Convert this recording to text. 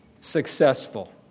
successful